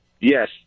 yes